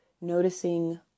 Noticing